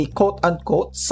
quote-unquote